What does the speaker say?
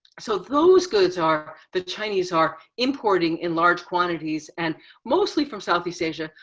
so those goods are, the chinese are importing in large quantities and mostly from southeast asia,